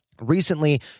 Recently